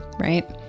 right